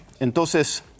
Entonces